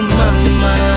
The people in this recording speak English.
mama